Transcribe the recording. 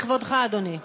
לכבודך, אדוני.